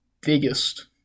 biggest